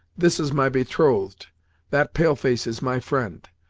this is my betrothed that pale-face is my friend.